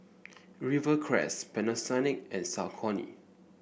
Rivercrest Panasonic and Saucony